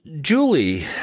Julie